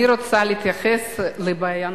אני רוצה להתייחס לבעיה נוספת,